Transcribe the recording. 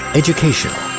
educational